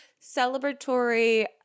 celebratory